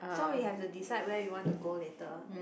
so we have to decide where you want to go later